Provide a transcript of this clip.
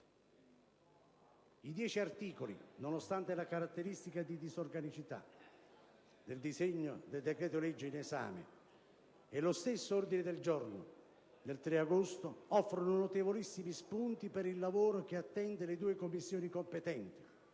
I 10 articoli, nonostante la caratteristica di disorganicità del decreto-legge in esame, e lo stesso ordine del giorno del 3 agosto offrono notevolissimi spunti per il lavoro che attende le due Commissioni competenti